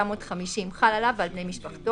התש"י-1950 חל עליו ועל בני משפחתו,